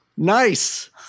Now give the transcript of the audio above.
Nice